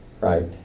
right